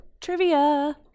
trivia